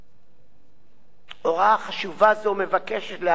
הוראה חשובה זו מבקשת לעגן לראשונה בחקיקה